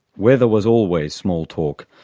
weather was always small talk.